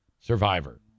survivor